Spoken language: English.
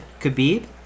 Khabib